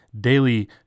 Daily